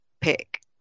pick